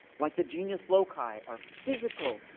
like the genius loci, are physical,